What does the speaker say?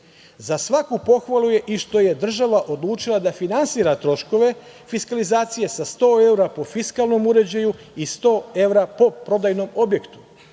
Za svaku pohvalu je i što je država odlučila da finansira troškove fiskalizacije sa sto eura po fiskalnom uređaju i sto evra po prodajnom objektu.